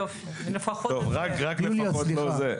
יופי, לפחות זה.